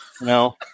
No